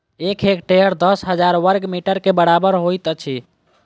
एक हेक्टेयर दस हजार बर्ग मीटर के बराबर होइत अछि